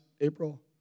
April